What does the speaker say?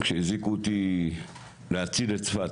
כשהזעיקו אותי להציל את צפת.